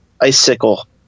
Icicle